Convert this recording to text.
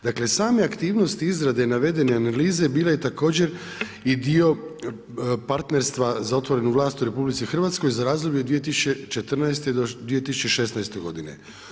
Dakle same aktivnosti izrade navedene analize bila je također i dio partnerstva za otvorenu vlast u RH za razdoblje od 2014. do 2016. godine.